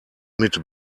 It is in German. mit